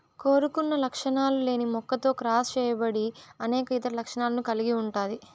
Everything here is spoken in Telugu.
కోరుకున్న లక్షణాలు లేని మొక్కతో క్రాస్ చేయబడి అనేక ఇతర లక్షణాలను కలిగి ఉంటాది